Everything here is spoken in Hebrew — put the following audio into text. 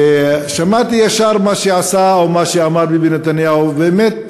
שמעתי ישר מה שעשה או מה שאמר ביבי נתניהו, ובאמת,